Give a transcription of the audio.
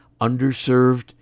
underserved